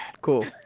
cool